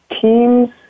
teams